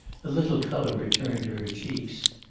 a little colour returned to her cheeks.